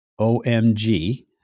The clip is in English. OMG